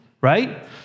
right